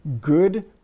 good